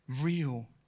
real